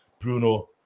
Bruno